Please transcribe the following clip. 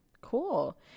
Cool